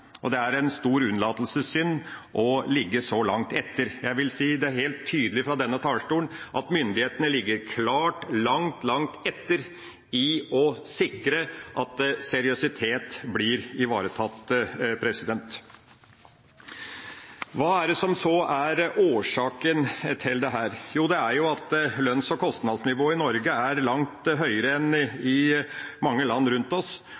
er en stor unnlatelsessynd å ligge så langt etter. Jeg vil si det helt tydelig fra denne talerstolen at myndighetene ligger langt, langt etter i å sikre at seriøsitet blir ivaretatt. Hva er det så som er årsaken til dette? Jo, det er at lønns- og kostnadsnivået i Norge er langt høyere enn i mange land rundt oss,